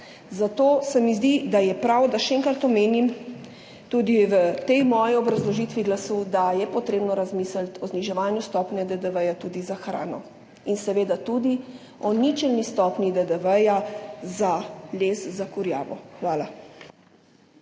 Zato se mi zdi, da je prav, da še enkrat omenim tudi v tej moji obrazložitvi glasu, da je potrebno razmisliti o zniževanju stopnje DDV tudi za hrano. In seveda tudi o ničelni stopnji DDV za les za kurjavo. Hvala.